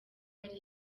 yari